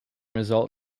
result